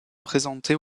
présenter